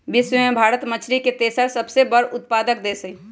विश्व में भारत मछरी के तेसर सबसे बड़ उत्पादक देश हई